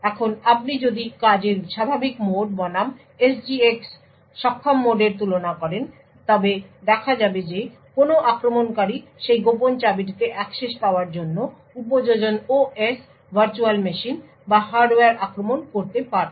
এখন আপনি যদি কাজের স্বাভাবিক মোড বনাম SGX সক্ষম মোডের তুলনা করেন দেখা যাবে যে কোনও আক্রমণকারী সেই গোপন চাবিটিতে অ্যাক্সেস পাওয়ার জন্য উপযোজন OS ভার্চুয়াল মেশিন বা হার্ডওয়্যার আক্রমণ করতে পারত